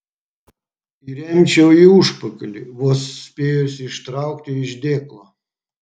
įremčiau į užpakalį vos spėjusi ištraukti iš dėklo